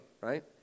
right